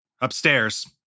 Upstairs